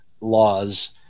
laws